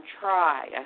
try